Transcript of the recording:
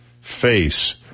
face